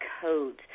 codes